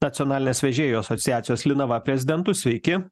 nacionalinės vežėjų asociacijos linava prezidentu sveiki